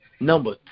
Number